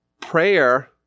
prayer